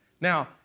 Now